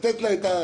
זו